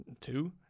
Two